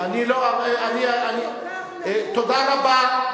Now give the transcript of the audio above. תודה רבה,